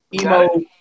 emo